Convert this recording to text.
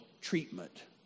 treatment